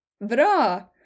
Bra